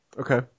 Okay